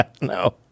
No